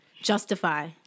Justify